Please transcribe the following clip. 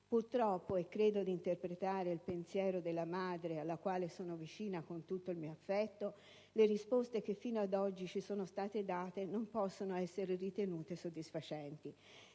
Purtroppo - e credo di interpretare il pensiero della madre, alla quale sono vicina con tutto il mio affetto - le risposte che fino ad oggi ci sono state date non possono essere ritenute soddisfacenti.